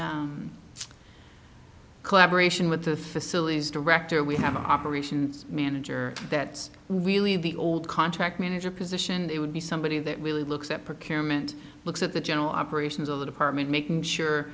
collaboration with the facilities director we have an operations manager that's really the old contract manager position it would be somebody that really looks at procurement looks at the general operations of the department making sure